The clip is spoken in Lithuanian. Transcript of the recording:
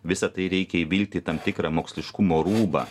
visa tai reikia įvilkti į tam tikrą moksliškumo rūbą